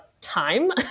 time